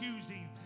choosing